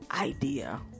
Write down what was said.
idea